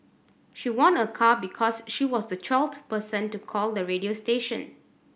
she won a car because she was the twelfth person to call the radio station